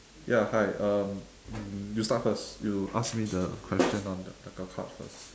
ya hi um you start first you ask me the question on the the card first